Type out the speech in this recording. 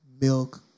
milk